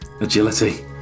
agility